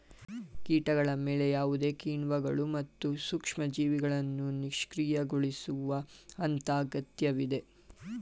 ಕೀಟಗಳ ಮೇಲೆ ಯಾವುದೇ ಕಿಣ್ವಗಳು ಮತ್ತು ಸೂಕ್ಷ್ಮಜೀವಿಗಳನ್ನು ನಿಷ್ಕ್ರಿಯಗೊಳಿಸುವ ಹಂತ ಅಗತ್ಯವಿದೆ